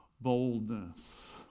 boldness